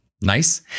nice